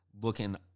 looking